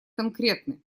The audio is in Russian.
конкретны